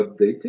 updated